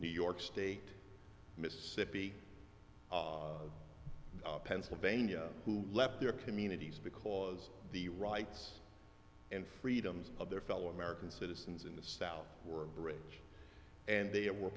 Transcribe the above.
new york state mississippi pennsylvania who left their communities because the rights and freedoms of their fellow american citizens in the south were bridge and they were